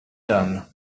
done